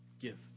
give